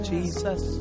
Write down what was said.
Jesus